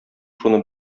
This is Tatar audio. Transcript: шуны